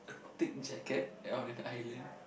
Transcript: thick jacket on an island